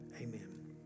Amen